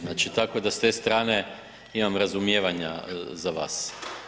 Znači tako da s te strane imam razumijevanja za vas.